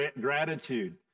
gratitude